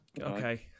okay